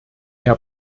herr